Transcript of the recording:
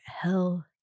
hell